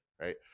right